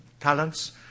talents